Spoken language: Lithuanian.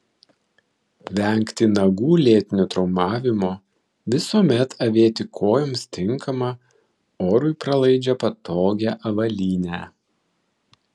vengti nagų lėtinio traumavimo visuomet avėti kojoms tinkamą orui pralaidžią patogią avalynę